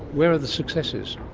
where are the successes?